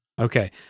Okay